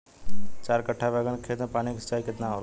चार कट्ठा बैंगन के खेत में पानी के सिंचाई केतना होला?